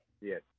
Yes